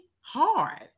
hard